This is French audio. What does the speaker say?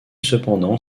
cependant